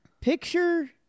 Picture